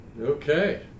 Okay